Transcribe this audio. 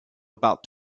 about